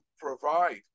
provide